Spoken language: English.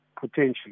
potentially